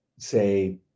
Say